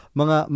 mga